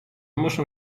muszą